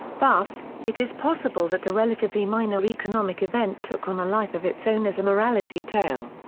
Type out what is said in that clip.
thus, it is possible that a relatively minor economic event took on a life of its own as a morality tale.